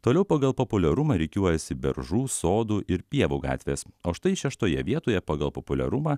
toliau pagal populiarumą rikiuojasi beržų sodų ir pievų gatvės o štai šeštoje vietoje pagal populiarumą